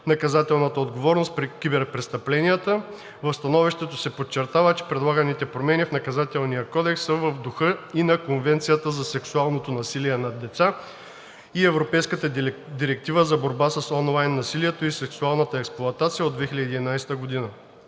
наказателната отговорност при киберпрестъпленията. В становището се подчертава, че предлаганите промени в Наказателния кодекс са в духа и на Конвенцията за сексуалното насилие над деца, и на Европейската директива за борба с онлайн насилието и сексуалната експлоатация от 2011 г.